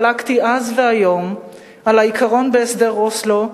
חלקתי אז והיום על העיקרון בהסדר אוסלו,